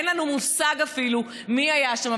אין לנו מושג אפילו מי היה שם,